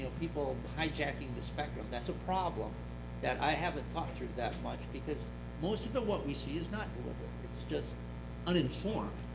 people hijacking the spectrum. that's a problem that i haven't talked through that much because most of what we see is not deliberate. it's just uninformed,